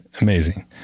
amazing